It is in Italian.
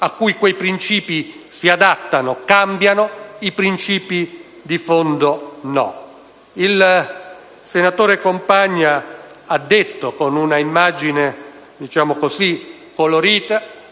quali quei princìpi si adattano cambiano, ma i principi di fondo no. Il senatore Compagna ha detto, con un'immagine che